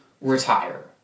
retire